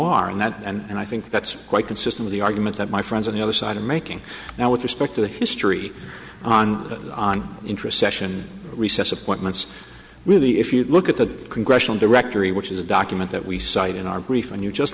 that and i think that's quite consistent of the argument that my friends on the other side i'm making now with respect to the history on that on interest session recess appointments really if you look at the congressional directory which is a document that we cite in our grief and you just